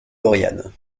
lauriane